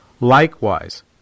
Likewise